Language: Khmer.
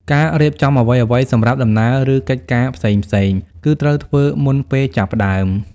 ការរៀបចំអ្វីៗសម្រាប់ដំណើរឬកិច្ចការផ្សេងៗគឺត្រូវធ្វើមុនពេលចាប់ផ្ដើម។